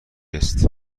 است